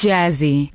Jazzy